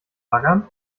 baggern